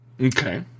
Okay